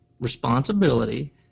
responsibility